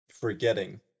forgetting